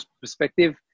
perspective